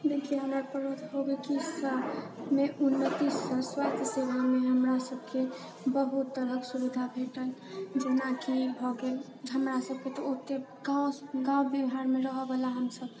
विज्ञान आओर प्रौद्योगिकीमे उन्नतिसँ स्वास्थ्य सेवामे हमरासभके बहुत तरहक सुविधा भेटल जेनाकि भऽ गेल हमरासभके तऽ ओतेक गाँव बिहारमे रहयला हमसभ